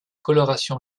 coloration